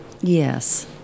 Yes